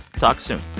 talk soon